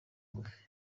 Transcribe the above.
ngufi